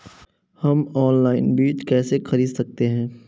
हम ऑनलाइन बीज कैसे खरीद सकते हैं?